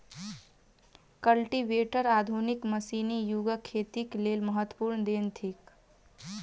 cultivator आधुनिक मशीनी युगक खेतीक लेल महत्वपूर्ण देन थिक